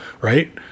right